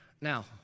Now